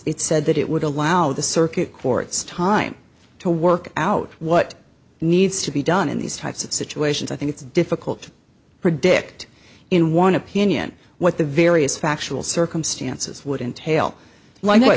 it said that it would allow the circuit court's time to work out what needs to be done in these types of situations i think it's difficult to predict in one opinion what the various factual circumstances would entail